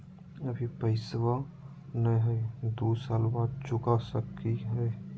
अभि पैसबा नय हय, दू साल बाद चुका सकी हय?